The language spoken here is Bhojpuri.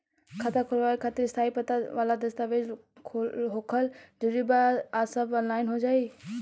खाता खोलवावे खातिर स्थायी पता वाला दस्तावेज़ होखल जरूरी बा आ सब ऑनलाइन हो जाई?